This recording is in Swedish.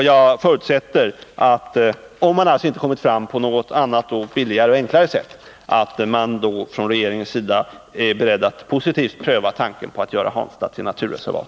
Jag förutsätter att — om man inte kommit fram på något annat, billigare och enklare sätt — regeringen är beredd att positivt pröva tanken på att göra Hansta till naturreservat.